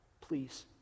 please